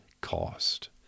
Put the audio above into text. cost